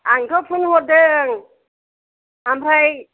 आंथ' फन हरदों ओमफ्राय